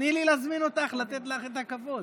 תני לי להזמין אותך, לתת לך את הכבוד.